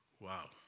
Wow